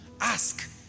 Ask